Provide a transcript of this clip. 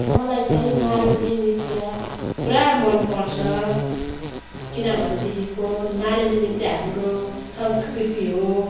मलाई चाहिँ मारुनी नृत्य पुरा मन पर्छ किनभनेदेखिको मारुनी नृत्य हाम्रो संस्कृति हो